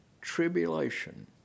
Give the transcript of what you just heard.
tribulation